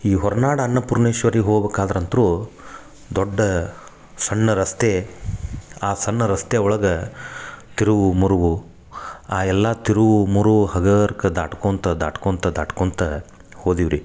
ಈ ಹೊರ್ನಾಡು ಅನ್ನಪೂರ್ಣೇಶ್ವರಿಗೆ ಹೋಗ್ಬಕು ಆದ್ರ ಅಂತ್ರು ದೊಡ್ಡ ಸಣ್ಣ ರಸ್ತೆ ಆ ಸಣ್ಣ ರಸ್ತೆ ಒಳಗ ತಿರುವು ಮುರುವು ಆ ಎಲ್ಲಾ ತಿರುವು ಮುರುವು ಹಗರ್ಕ ದಾಟ್ಕೊಂತ ದಾಟ್ಕೊಂತ ದಾಟ್ಕೊಂತ ಹೋದಿವು ರೀ